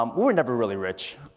um we were never really rich.